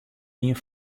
ien